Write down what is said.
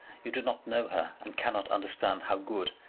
you do not know her, and cannot understand how good,